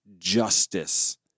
justice